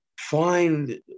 find